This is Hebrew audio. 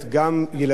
גם ילדים,